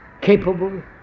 capable